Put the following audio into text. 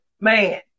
Man